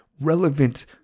relevant